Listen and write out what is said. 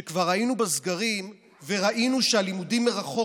כשכבר היינו בסגרים וראינו שהלימודים מרחוק